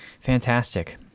Fantastic